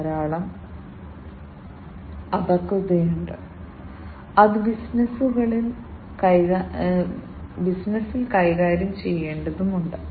കാരണം നിങ്ങൾ ഇത് ഡിജിറ്റൽ ആക്കാത്തിടത്തോളം ഡിജിറ്റൽ സിഗ്നൽ പ്രോസസ്സിംഗ് രീതികൾ പ്രയോഗിക്കാൻ കഴിയില്ല